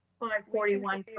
forty one.